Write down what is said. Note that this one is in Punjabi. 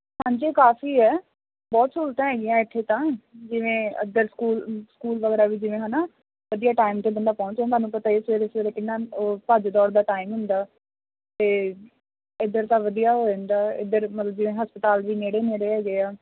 ਹਾਂਜੀ ਕਾਫੀ ਹੈ ਬਹੁਤ ਸਹੂਲਤਾਂ ਹੈਗੀਆਂ ਇੱਥੇ ਤਾਂ ਜਿਵੇਂ ਅੱਦਲ ਸਕੂਲ ਸਕੂਲ ਵਗੈਰਾ ਵੀ ਜਿਵੇਂ ਹੈ ਨਾ ਵਧੀਆ ਟਾਈਮ 'ਤੇ ਬੰਦਾ ਪਹੁੰਚ ਜਾਂਦਾ ਤੁਹਾਨੂੰ ਪਤਾ ਸਵੇਰੇ ਸਵੇਰੇ ਕਿੰਨਾ ਉਹ ਭੱਜ ਦੌੜ ਦਾ ਟਾਈਮ ਹੁੰਦਾ ਅਤੇ ਇੱਧਰ ਤਾਂ ਵਧੀਆ ਹੋ ਜਾਂਦਾ ਇੱਧਰ ਮਤਲਬ ਜਿਵੇਂ ਹਸਪਤਾਲ ਵੀ ਨੇੜੇ ਨੇੜੇ ਹੈਗੇ ਆ